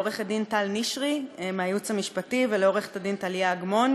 לעו"ד טל נשרי מהייעוץ המשפטי ולעו"ד טליה אגמון,